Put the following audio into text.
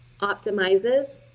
Optimizes